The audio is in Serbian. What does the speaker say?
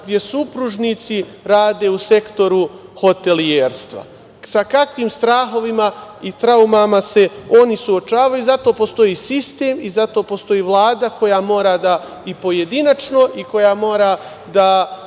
gde supružnici rade u sektoru hotelijerstva? Sa kakvim strahovima i traumama se oni suočavaju? Zato postoji sistem i zato postoji Vlada koja mora i da pojedinačno i koja mora da